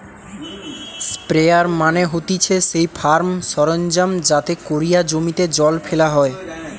sprayer মানে হতিছে সেই ফার্ম সরঞ্জাম যাতে কোরিয়া জমিতে জল ফেলা হয়